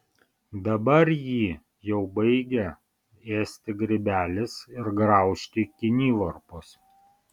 dabar jį jau baigia ėsti grybelis ir graužti kinivarpos